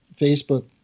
facebook